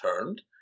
turned